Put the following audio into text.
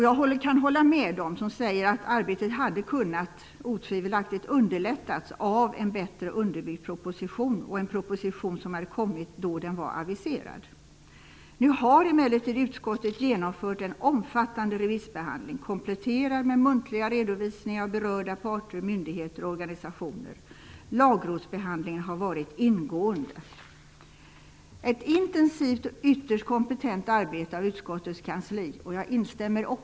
Jag kan hålla med dem som säger att arbetet otvivelaktigt hade underlättats av en bättre underbyggd proposition och av en proposition som hade kommit då den var aviserad. Nu har emellertid utskottet genomfört en omfattande remissbehandling som är kompletterad med muntliga redovisningar av berörda parter, myndigheter och organisationer. Lagrådsbehandlingen har varit ingående. Jag instämmer i den eloge som har givits utskottets kansli; den är välförtjänt.